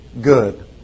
good